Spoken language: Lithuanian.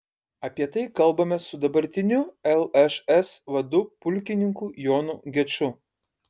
apie tai kalbamės su dabartiniu lšs vadu pulkininku jonu geču